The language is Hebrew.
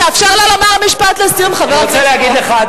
תאפשר לו לומר משפט לסיום, חבר הכנסת אורון.